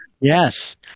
Yes